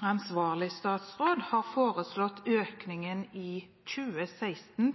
ansvarlig statsråd – «har foreslått økning i 2016?»